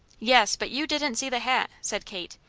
yes, but you didn't see the hat, said kate.